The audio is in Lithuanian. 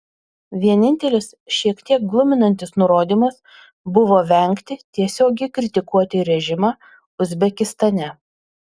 vienintelis šiek tiek gluminantis nurodymas buvo vengti tiesiogiai kritikuoti režimą uzbekistane